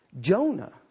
Jonah